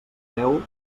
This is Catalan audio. deu